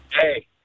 Hey